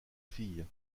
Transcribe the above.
fille